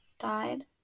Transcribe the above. died